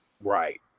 right